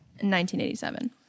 1987